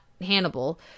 Hannibal